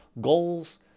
goals